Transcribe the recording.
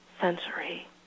sensory